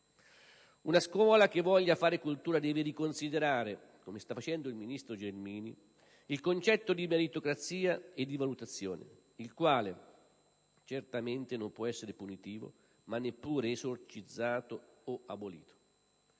Una scuola che voglia fare cultura deve riconsiderare, come sta facendo il ministro Gelmini, il concetto di meritocrazia e di valutazione, il quale non può essere punitivo, ma neppure esorcizzato o abolito.